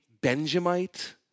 Benjamite